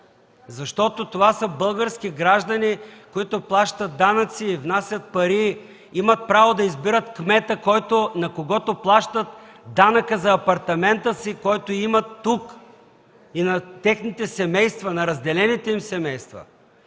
Защото това са български граждани, които плащат данъци и внасят пари, и имат право да избират кмета, на когото плащат данъка за апартамента си, който имат тук, и на техните семейства,